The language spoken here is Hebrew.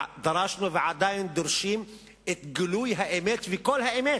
דרשנו ועדיין דורשים את גילוי האמת וכל האמת.